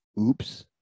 oops